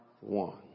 one